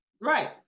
Right